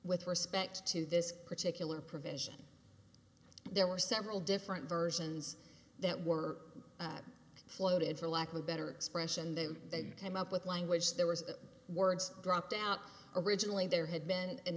with respect to this particular provision there were several different versions that were floated for lack of a better expression that they came up with language there was words dropped out originally there had been an